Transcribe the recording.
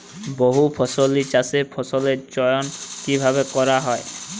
বহুফসলী চাষে ফসলের চয়ন কীভাবে করা হয়?